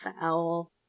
Foul